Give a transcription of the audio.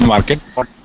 Market